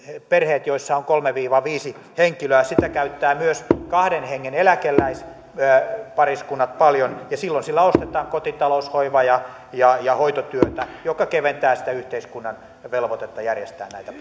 perheet joissa on kolme viiva viisi henkilöä sitä käyttävät myös kahden hengen eläkeläispariskunnat paljon ja silloin sillä ostetaan kotitalous hoiva ja ja hoitotyötä joka keventää yhteiskunnan velvoitetta järjestää näitä